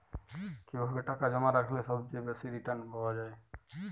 কিভাবে টাকা জমা রাখলে সবচেয়ে বেশি রির্টান পাওয়া য়ায়?